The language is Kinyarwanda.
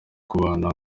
kubana